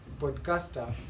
podcaster